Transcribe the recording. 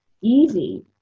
easy